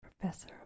Professor